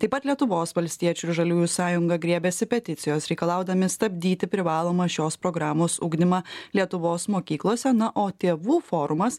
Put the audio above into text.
taip pat lietuvos valstiečių ir žaliųjų sąjunga griebiasi peticijos reikalaudami stabdyti privalomą šios programos ugdymą lietuvos mokyklose na o tėvų forumas